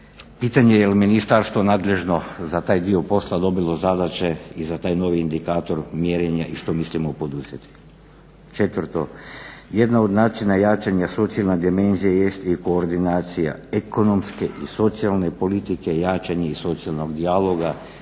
pitanje je jel ministarstvo nadležno za taj dio posla dobilo zadaće i za taj novi indikator mjerenja i što mislimo poduzeti. Četvrto, jedan od načina jačanja socijalne dimenzije jest i koordinacija ekonomske i socijalne politike, jačanje i socijalnog dijaloga